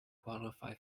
qualify